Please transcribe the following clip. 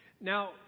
Now